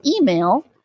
email